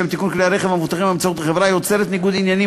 לשם תיקון כלי הרכב המבוטחים באמצעות החברה יוצרת ניגוד עניינים